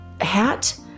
hat